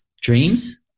dreams